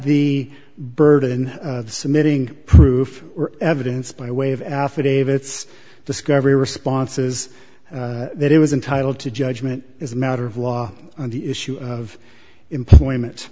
the burden of submitting proof or evidence by way of affidavits discovery responses that it was entitled to judgment as a matter of law on the issue of employment